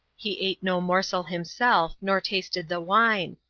he ate no morsel himself nor tasted the wine.